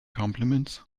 compliments